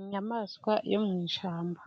Inyamaswa yo mu ishyamba,